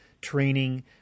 training